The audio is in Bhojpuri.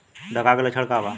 डकहा के लक्षण का वा?